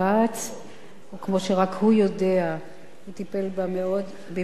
וכמו שרק הוא יודע, הוא טיפל בה במהירות רבה.